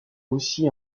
aussi